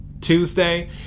tuesday